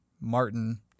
Martin